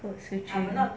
code switching